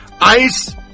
Ice